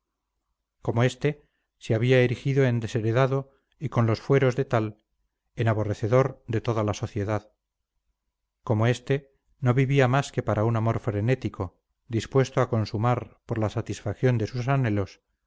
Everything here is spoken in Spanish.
como este se había erigido en desheredado y con los fueros de tal en aborrecedor de toda la sociedad como este no vivía más que para un amor frenético dispuesto a consumar por la satisfacción de sus anhelos